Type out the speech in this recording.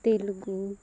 Telugu